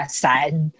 sad